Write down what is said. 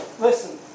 Listen